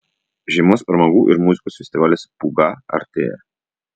žiemos pramogų ir muzikos festivalis pūga artėja